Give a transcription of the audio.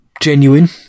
genuine